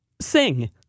sing